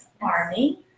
Army